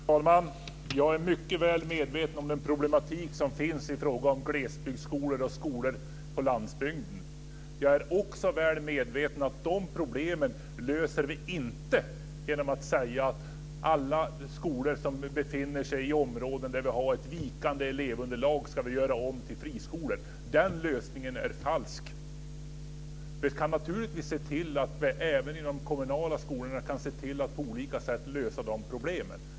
Fru talman! Jag är mycket väl medveten om den problematik som finns i fråga om glesbygdsskolor. Jag är också väl medveten om att vi inte löser problemen genom att säga att alla skolor i ett område med vikande elevunderlag ska göras om till friskolor. Det är en falsk lösning. Vi kan naturligtvis även i de kommunala skolorna lösa de problemen.